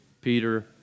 Peter